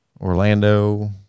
Orlando